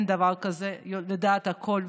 אין דבר כזה לדעת הכול,